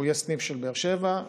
יהיה סניף בבאר שבע,